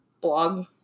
blog